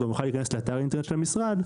הוא גם יוכל להיכנס לאתר האינטרנט של המשרד,